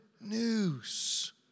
news